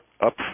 up